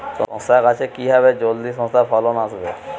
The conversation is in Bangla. শশা গাছে কিভাবে জলদি শশা ফলন আসবে?